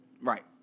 Right